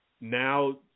now